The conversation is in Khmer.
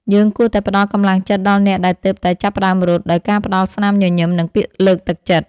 យើងគួរតែផ្ដល់កម្លាំងចិត្តដល់អ្នកដែលទើបតែចាប់ផ្ដើមរត់ ដោយការផ្ដល់ស្នាមញញឹម និងពាក្យលើកទឹកចិត្ត។